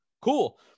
cool